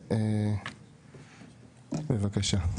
בבקשה.